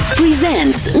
presents